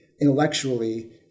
intellectually